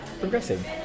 progressive